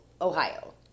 Ohio